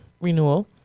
renewal